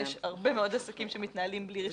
יש הרבה מאוד עסקים שמתנהלים בלי רישיון עסק.